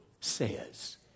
says